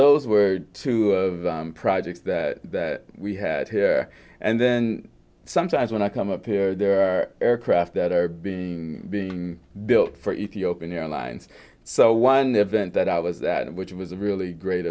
those were two projects that that we had here and then sometimes when i come up here there are aircraft that are being being built for ethiopian airlines so one event that i was that which was a really great